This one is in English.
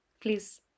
Please